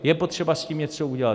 Je potřeba s tím něco udělat.